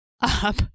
up